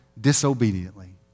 disobediently